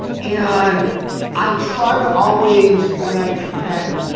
and i try to always when i can,